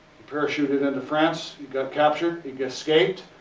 he parachuted into france. he got captured. he escaped.